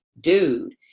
dude